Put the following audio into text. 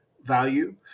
value